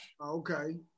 Okay